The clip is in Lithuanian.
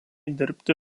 dirbti